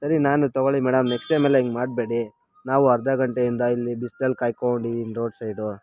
ಸರಿ ನಾನು ತಗೊಳ್ಳಿ ಮೇಡಮ್ ನೆಕ್ಸ್ಟ್ ಟೈಮ್ ಎಲ್ಲ ಹಿಂಗ್ ಮಾಡಬೇಡಿ ನಾವು ಅರ್ಧ ಗಂಟೆಯಿಂದ ಇಲ್ಲಿ ಬಿಸ್ಲಲ್ಲಿ ಕಾಯ್ಕೊಂಡು ಇದೀನಿ ರೋಡ್ ಸೈಡು